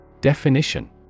Definition